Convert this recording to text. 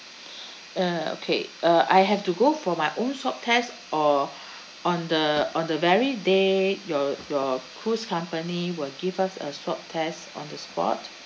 uh okay uh I have to go for my own swab test or on the on the very day your your cruise company will give us a swab test on the spot